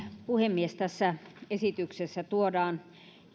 puhemies tässä esityksessä tuodaan